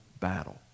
battle